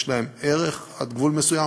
יש לה ערך עד גבול מסוים.